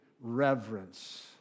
reverence